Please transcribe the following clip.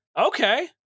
Okay